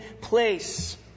place